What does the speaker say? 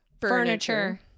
Furniture